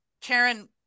Karen